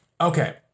Okay